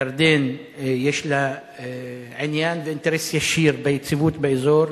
ירדן, יש לה עניין ואינטרס ישיר ביציבות באזור,